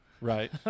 Right